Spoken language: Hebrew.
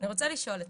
אני רוצה לשאול אתכם,